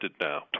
now